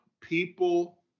people